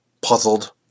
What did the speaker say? puzzled